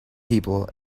people